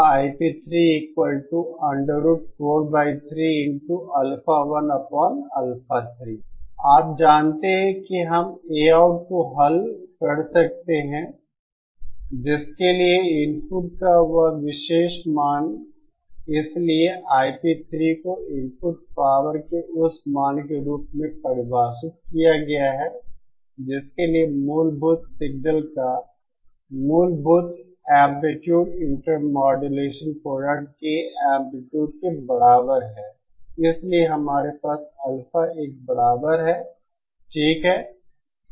आप जानते हैं कि हम Aout को हल कर सकते हैं जिसके लिए इनपुट का वह विशेष मान इसलिए Ip3 को इनपुट पावर के उस मान के रूप में परिभाषित किया गया है जिसके लिए मूलभूत सिग्नल का मूलभूत एंप्लीट्यूड इंटरमॉड्यूलेशन प्रोडक्ट के एंप्लीट्यूड के बराबर है इसलिए हमारे पास अल्फा एक बराबर है ठीक है